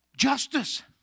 Justice